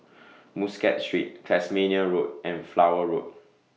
Muscat Street Tasmania Road and Flower Road